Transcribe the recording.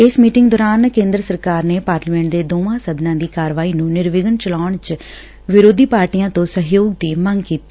ਇਸ ਮੀਟਿੰਗ ਦੌਰਾਨ ਕੇਂਦਰ ਸਰਕਾਰ ਨੇ ਪਾਰਲੀਮੈਂਟ ਦੇ ਦੋਵਾਂ ਸਦਨਾਂ ਦੀ ਕਾਰਵਾਈ ਨੂੰ ਨਿਰਵਿਘਨ ਚਲਾਉਣ ਚ ਵਿਰੋਧੀ ਪਾਰਟੀਆਂ ਤੋਂ ਸਹਿਯੋਗ ਦੀ ਮੰਗ ਕੀਤੀ